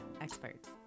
experts